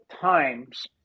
times